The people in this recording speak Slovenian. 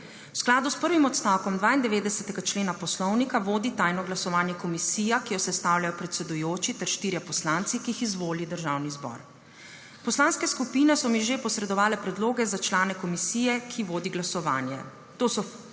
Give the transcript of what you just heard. V skladu s prvim odstavkom 92. člena Poslovnika vodi tajno glasovanje komisija, ki jo sestavljajo predsedujoči ter štirje poslanci, ki jih izvoli Državni zbor. Poslanske skupine so mi že posredovale predloge za člane komisije, ki vodi glasovanje. To so: